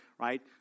Right